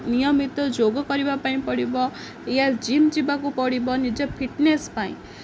ନିୟମିତ ଯୋଗ କରିବା ପାଇଁ ପଡ଼ିବ ୟା ଜିମ୍ ଯିବାକୁ ପଡ଼ିବ ନିଜ ଫିଟନେସ୍ ପାଇଁ